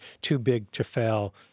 too-big-to-fail